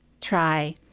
Try